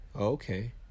Okay